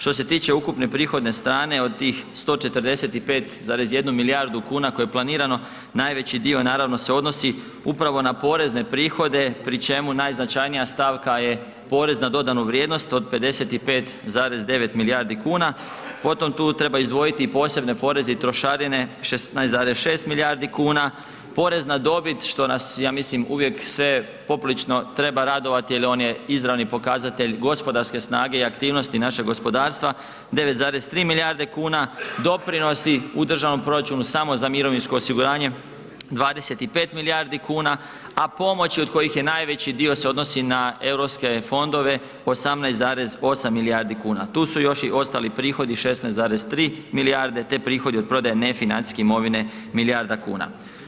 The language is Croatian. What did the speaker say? Što se tiče ukupne prihodne strane od tih 145,1 milijardu kuna koje je planirano, najveći dio naravno se odnosi upravo na porezne prihode pri čemu najznačajnija stavka je PDV od 55,9 milijardi kuna, potom tu treba izdvojiti i posebne poreze i trošarine 16,6 milijardi kuna, porez na dobit, što nas ja mislim uvijek sve poprilično treba radovati jer on je izravni pokazatelj gospodarske snage i aktivnosti našeg gospodarstva, 9,3 milijarde kuna, doprinosi u državnom proračunu samo za mirovinsko osiguranje 25 milijardi kuna a pomoći od kojih najveći dio se odnosi na europske fondove 18,8 milijardi kuna, tu su još i ostali prihodi 16,3 milijarde te prihodi od prodaje nefinancijske imovine milijarda kuna.